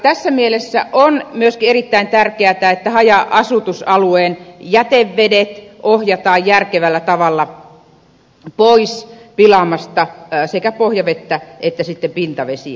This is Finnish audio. tässä mielessä on myöskin erittäin tärkeätä että haja asutusalueen jätevedet ohjataan järkevällä tavalla pois pilaamasta sekä pohjavettä että pintavesiä